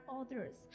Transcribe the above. others